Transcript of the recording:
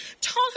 Talk